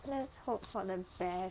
let's hope for the best